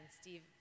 Steve